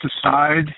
aside